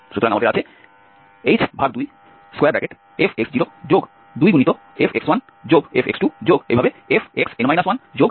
সুতরাং আমাদের আছে h2fx02fx1fx2fxn 1fxn